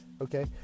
okay